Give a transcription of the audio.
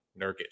Nurkic